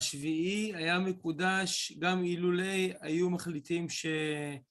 השביעי היה מקודש, גם אילולי היו מחליטים ש...